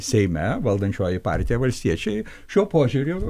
seime valdančioji partija valstiečiai šiuo požiūriu